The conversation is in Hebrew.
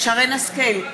שרן השכל,